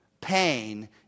Pain